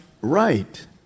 right